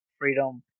freedom